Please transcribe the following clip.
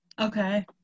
Okay